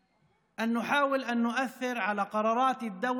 זה שנים רבות, שלא לומר עשרות שנים,